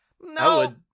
No